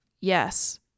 Yes